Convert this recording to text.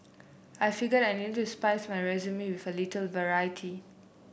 I figured I needed to spice my resume with a little variety